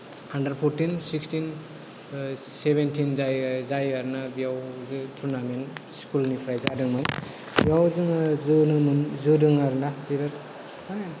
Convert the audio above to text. आन्दार fourteen sixteen seventeen जाय जायो आरोना बेयाव जे टुर्नामेन्त स्कुलनिफ्राय जादोंमोन स जोङो जोनो मोन जोदों आरोना बेफोर माने